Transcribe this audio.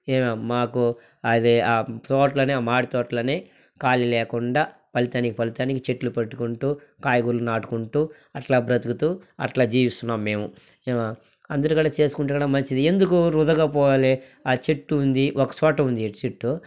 ఏమే మాకు అదే ఆ తోటలోనే మాడి తోటలోనే ఖాళీ లేకుండా ఫలితానికి ఫలితాన్ని చెట్లు పెట్టుకుంటూ కాయగూరలు నాటుకుంటూ అట్లా బ్రతుకుతూ అట్లా జీవిస్తున్నాం మేము ఏమే అందురు గాడా చేసుకుంటే మంచిది ఎందుకు వృధాగా పోవాలి ఆ చెట్టు ఉంది ఒక చోట ఉంది చెట్టు